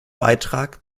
beitrag